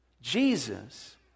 Jesus